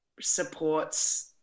supports